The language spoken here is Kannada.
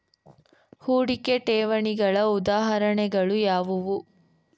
ಹೂಡಿಕೆ ಠೇವಣಿಗಳ ಉದಾಹರಣೆಗಳು ಯಾವುವು?